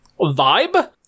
vibe